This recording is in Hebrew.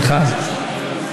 מיכל,